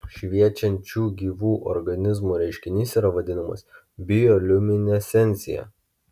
šviečiančių gyvų organizmų reiškinys yra vadinamas bioliuminescencija